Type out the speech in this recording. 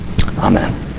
Amen